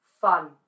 fun